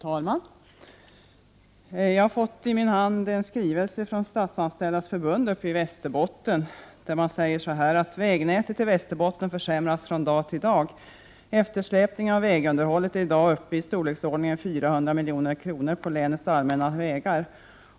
Fru talman! Jag har i min hand en skrivelse från Statsanställdas förbund i Västerbotten där man säger följande: ”Vägnätet i Västerbotten försämras från dag till dag. Eftersläpningen av vägunderhållet är idag uppe i storleksordningen 400 miljoner på länets allmänna vägar.